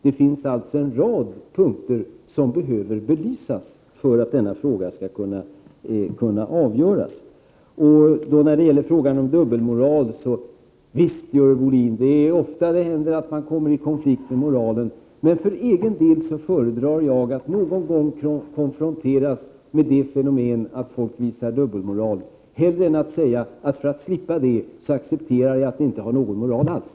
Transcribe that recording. Det finns alltså en rad punkter som behöver belysas för att denna fråga skall kunna avgöras. Till frågan om dubbelmoral. Visst, Görel Bohlin, händer det ofta att man kommer i konflikt med moralen, men för egen del föredrar jag att någon gång konfronteras med fenomenet dubbelmoral framför att säga: För att slippa dubbelmoral accepterar jag att det inte finns någon moral alls!